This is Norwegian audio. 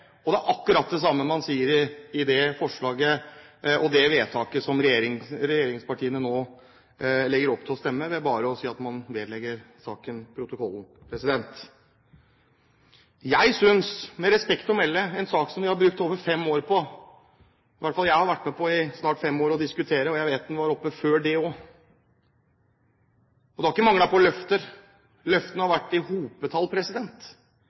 Og det er akkurat det samme man gjør i forbindelse med det vedtaket som regjeringspartiene nå legger opp til, ved bare å si at saken vedlegges protokollen. Med respekt å melde: Dette er en sak som vi har brukt over fem år på – jeg har i hvert fall vært med på å diskutere den i fem år, og jeg vet at den var oppe før det òg. Det har ikke manglet løfter – løftene har vært i hopetall.